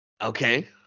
Okay